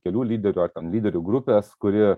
kelių lyderių ar lyderių grupės kuri